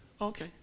Okay